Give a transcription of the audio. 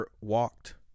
walked